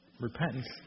Repentance